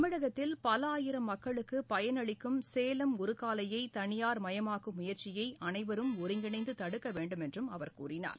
தமிழகத்தில் பல ஆயிரம் மக்களுக்குபயனளிக்கும் சேலம் உருக்காலையைதளியார் மயமாக்கும் முயற்சியைஅனைவரும் ஒருங்கிணைந்துதடுக்கவேண்டும் என்றும் அவர் கூறினார்